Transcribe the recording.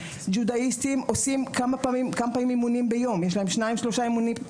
ג'ודוקה שצריך להתאמן כמה פעמים ביום וגם לנוח.